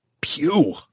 pew